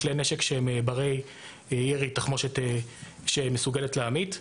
לכלי נשק שהם ברי ירי תחמושת שמסוגלת להמית,